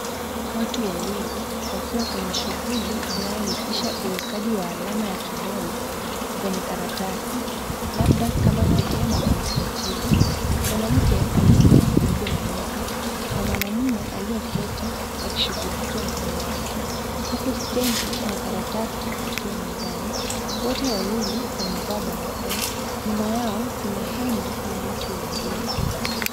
Watu wawili, wakiwa kwenye shughuli, inayohusisha uwekaji wa alama ya kidole, kwenye karatasi, labda kama sehemu ya usajili. Mwanamke amesimama karibu na meza, na mwanaume, aliye keti, akishughulikia mkono wake, huku stempu na karatasi zikiwa mezani. Wote wawili wamevaa barakoa, nyuma yao kuna hema na watu wengine.